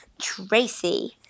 Tracy